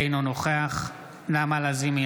אינו נוכח נעמה לזימי,